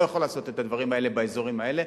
לא יכול לעשות את הדברים האלה באזורים האלה.